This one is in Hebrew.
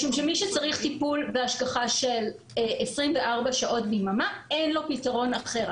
משום שמי שצריך טיפול והשגחה של 24 שעות ביממה אין לו פתרון אחר.